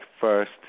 first